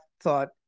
thought